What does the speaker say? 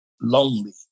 lonely